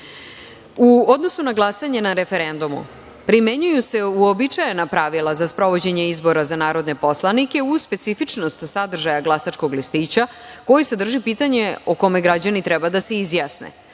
odnosu na glasanje na referendumu primenjuju se uobičajena pravila za sprovođenje izbora za narodne poslanike, uz specifičnost sadržaja glasačkog listića koji sadrži pitanje o kome građani treba da se izjasne. Reči